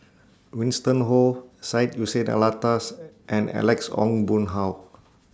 Winston Oh Syed Hussein Alatas and Alex Ong Boon Hau